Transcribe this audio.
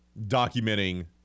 documenting